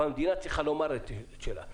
אבל המדינה צריכה לומר את שלה,